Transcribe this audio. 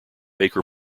acre